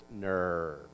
nerve